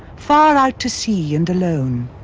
far our to sea and alone.